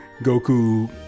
Goku